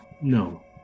No